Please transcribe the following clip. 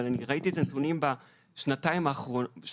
אבל אני ראיתי את הנתונים בשנתיים האחרונות: